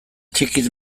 txikiz